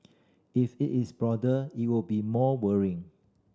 if it is broader it would be more worrying